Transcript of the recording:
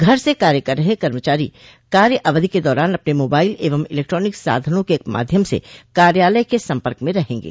घर से कार्य कर रहे कर्मचारी काय अवधि के दौरान अपने मोबाइल एवं इलेक्ट्रानिक साधनों के माध्यम से कार्यालय के सम्पर्क में रहेंगे